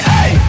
Hey